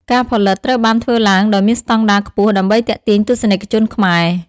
ការផលិត ត្រូវបានធ្វើឡើងដោយមានស្តង់ដារខ្ពស់ដើម្បីទាក់ទាញទស្សនិកជនខ្មែរ។